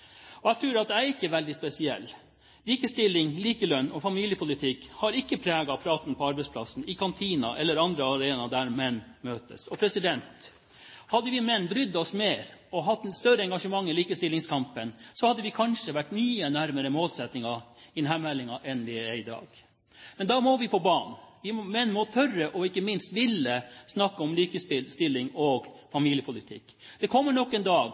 Og jeg tror ikke at jeg er veldig spesiell – likestilling, likelønn og familiepolitikk har ikke preget praten på arbeidsplassen, i kantinen, eller på andre arenaer der menn møtes. Hadde vi menn brydd oss mer og hatt et større engasjement i likestillingskampen, hadde vi kanskje vært mye nærmere målsettingen i denne meldingen enn vi er i dag. Men da må vi på banen – vi menn må tørre og ikke minst ville snakke om likestilling og familiepolitikk. Det kommer nok en dag